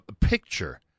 picture